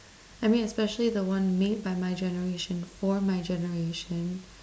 I mean especially the one made by my generation for my generation